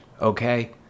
Okay